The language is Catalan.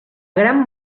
gran